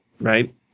right